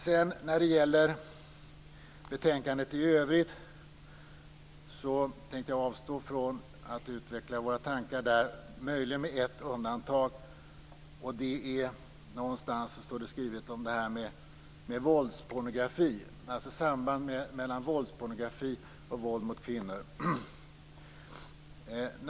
Jag tänker avstår från att utveckla kristdemokraternas tankar när det gäller betänkandet i övrigt - möjligen med ett undantag. Någonstans står det skrivet om sambandet mellan våldspornografi och våld mot kvinnor.